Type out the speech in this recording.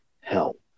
help